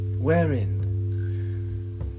wherein